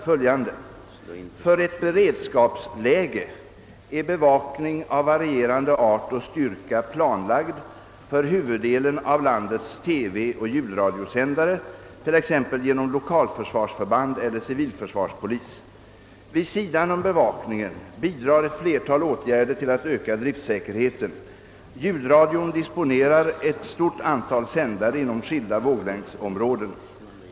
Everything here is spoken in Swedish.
För ett beredskapsläge är bevakning av varierande art och styrka planlagd för huvuddelen av landets TV och ljudradiosändare, t.ex. genom lokalförsvarsförband eller civilförsvarspolis. Vid sidan om bevakningen bidrar ett flertal åtgärder till att öka driftsäkerheten. Ljudradion disponerar ett stort antal sändare inom skilda våglängdsområden.